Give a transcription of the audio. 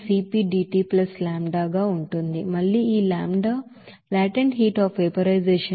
మళ్ళీ ఈ lambda latent heat of vaporization